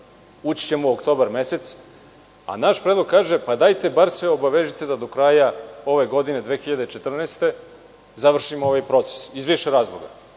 ući ćemo u oktobar mesec, a naš predlog kaže - bar se obavežite da do kraja ove godine 2014. završimo ovaj proces, iz više razloga.